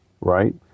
right